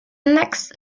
next